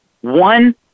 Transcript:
one